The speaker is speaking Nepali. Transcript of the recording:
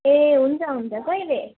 ए हुन्छ हुन्छ कहिले